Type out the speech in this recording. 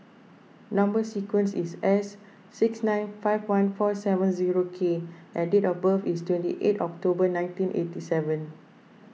Number Sequence is S six nine five one four seven zero K and date of birth is twenty eight October nineteen eighty seven